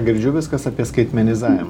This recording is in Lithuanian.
girdžiu viskas apie skaitmenizavimą